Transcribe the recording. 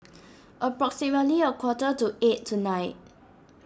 approximately a quarter to eight tonight